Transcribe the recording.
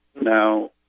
now